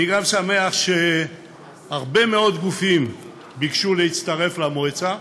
אני גם שמח שהרבה מאוד גופים ביקשו להצטרף למועצה,